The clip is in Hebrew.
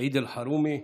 סעיד אלחרומי,